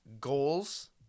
goals